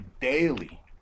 daily